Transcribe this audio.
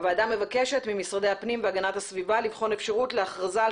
הוועדה מבקשת ממשרדי הפנים והגנת הסביבה לבחון אפשרות להכרזה על